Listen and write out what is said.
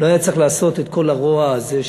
לא היה צריך לעשות את כל הרוע הזה,